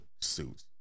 suits